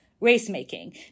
race-making